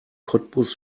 cottbus